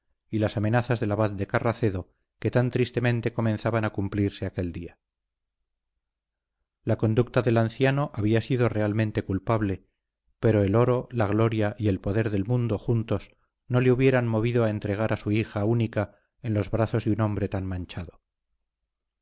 y las amenazas del abad de carracedo que tan tristemente comenzaban a cumplirse aquel día la conducta del anciano había sido realmente culpable pero el oro la gloria y el poder del mundo juntos no le hubieran movido a entregar su hija única en los brazos de un hombre tan manchado